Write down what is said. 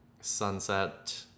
sunset